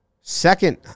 Second